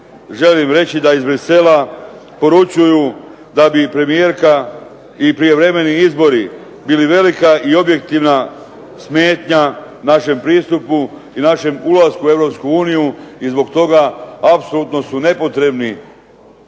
želim reći da iz Bruxellesa poručuju da bi i premijerka i prijevremeni izbori bili velika i objektivna smetnja našem pristupu i našem ulasku u Europsku uniju i zbog toga apsolutno su nepotrebni